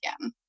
again